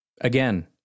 Again